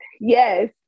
yes